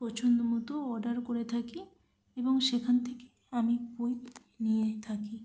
পছন্দ মতো অর্ডার করে থাকি এবং সেখান থেকে আমি বই নিয়ে থাকি